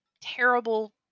terrible